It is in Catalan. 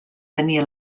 tenia